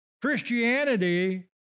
Christianity